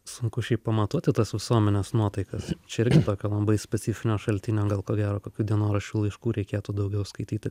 sunku šiaip pamatuoti tas visuomenės nuotaikas čia irgi tokio labai specifinio šaltinio gal ko gero kokių dienoraščių laiškų reikėtų daugiau skaityti